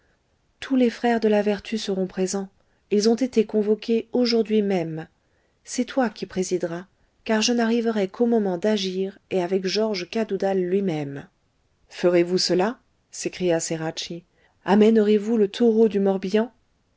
tous les frères de la vertu seront présents ils ont été convoqués aujourd'hui même c'est toi qui présideras car je n'arriverai qu'au moment d'agir et avec georges cadoudal lui-même ferez-vous cela s'écria ceracchi amènerez vous le taureau du morbihan